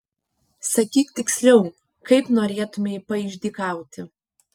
sakyk tiksliau kaip norėtumei paišdykauti